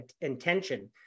intention